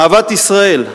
אהבת ישראל,